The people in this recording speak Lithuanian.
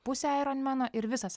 pusė aironmeno ir visas